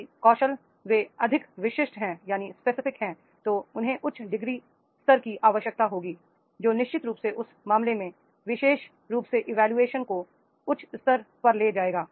यदि कौशल वे अत्यधिक विशिष्ट हैं तो उन्हें उच्च डिग्री स्तर की आवश्यकता होती है तो निश्चित रूप से उस मामले में विशेषरूप से इवोल्यूशन को उच्च स्तर पर ले जाएगा